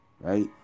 right